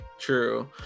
true